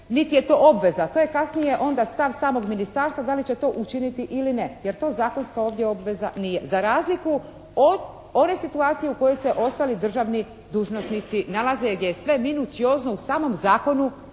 niti je to obveza, to je kasnije onda stav samog ministarstva da li će to učiniti ili ne. Jer to zakonska ovdje obveza nije. Za razliku od one situacije u kojoj se ostali državni dužnosnici nalaze gdje je sve minuciozno u samom zakonu,